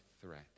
threat